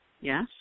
Yes